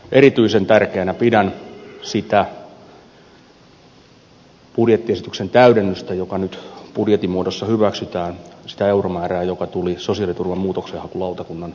erityisen tärkeänä pidän sitä budjettiesityksen täydennystä joka nyt budjetin muodossa hyväksytään sitä euromäärää joka tuli sosiaaliturvan muutoksenhakulautakunnan määrärahoihin